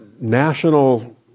national